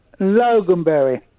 Loganberry